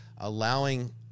allowing